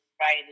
right